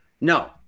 no